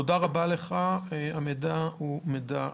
תודה רבה לך, המידע הוא מידע חשוב.